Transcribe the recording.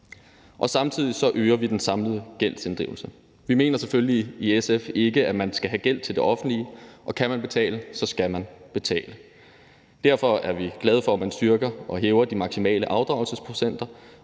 Samtidig øger vi den samlede gældsinddrivelse. Vi i SF mener selvfølgelig ikke, at man skal have gæld til det offentlige, og kan man betale, skal man betale. Derfor er vi glade for, at man styrker og hæver de maksimale afdragelsesprocenter,